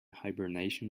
hibernation